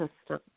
system